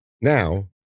Now